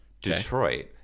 Detroit